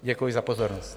Děkuji za pozornost.